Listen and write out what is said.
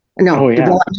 No